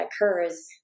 occurs